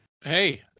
Hey